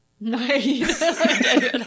Nice